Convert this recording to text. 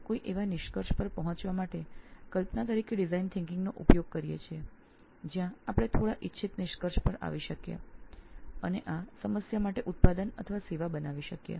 કોઈ નિષ્કર્ષ પર પહોંચવા માટે ડિઝાઇન વિચારસરણીનો સંકલ્પના તરીકે ઉપયોગ કરીએ જેથી આપણે થોડા ઇચ્છિત તારણો પર આવી શકીએ અને આ સમસ્યાઓ માટે ઉત્પાદન અથવા સેવા બનાવી શકીએ